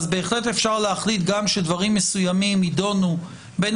ובהחלט אפשר להחליט שדברים מסוימים גם יידונו בין